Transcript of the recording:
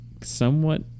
somewhat